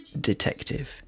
detective